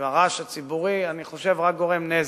והרעש הציבורי, אני חושב שהוא רק גורם נזק.